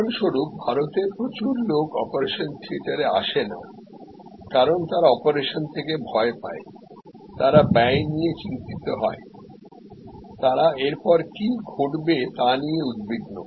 উদাহরণস্বরূপ ভারতে প্রচুর লোক অপারেশন থিয়েটারে আসে না কারণ তারা অপারেশন থেকে ভয় পায় তারা ব্যয় নিয়ে চিন্তিত হয় তারা এরপর কী ঘটবে তা নিয়ে উদ্বিগ্ন